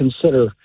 consider